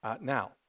now